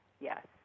yes